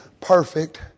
perfect